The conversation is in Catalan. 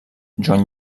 joan